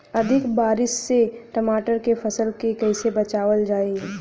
अधिक बारिश से टमाटर के फसल के कइसे बचावल जाई?